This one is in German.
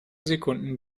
sekunden